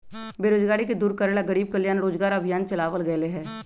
बेरोजगारी के दूर करे ला गरीब कल्याण रोजगार अभियान चलावल गेले है